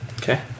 Okay